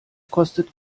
kostet